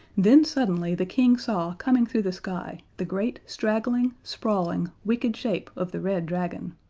then suddenly the king saw coming through the sky the great straggling, sprawling, wicked shape of the red dragon.